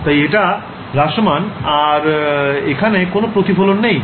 তাই এটা হ্রাসমান আর এখানে কোন প্রতিফলন নেই